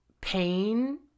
pain